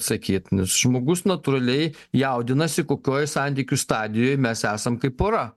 sakyt nes žmogus natūraliai jaudinasi kokioj santykių stadijoj mes esam kaip pora